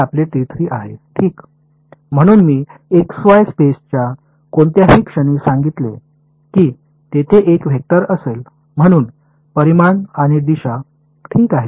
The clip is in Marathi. म्हणून मी x y स्पेसच्या कोणत्याही क्षणी सांगितले की तेथे एक वेक्टर असेल म्हणून परिमाण आणि दिशा ठीक आहे